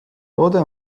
toode